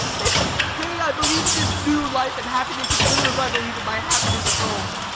next day i believe in this new life and happiness as little as i believe in my happiness at home.